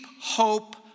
hope